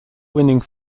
winning